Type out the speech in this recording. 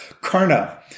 Karna